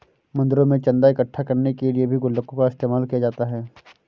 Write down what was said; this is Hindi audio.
मंदिरों में चन्दा इकट्ठा करने के लिए भी गुल्लकों का इस्तेमाल किया जाता है